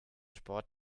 sport